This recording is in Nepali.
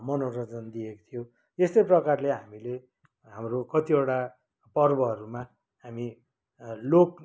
मनोरन्जन दिएको थियो यस्तै प्रकारले हामीले हाम्रो कतिवटा पर्वहरूमा हामी लोक